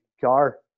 car